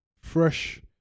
fresh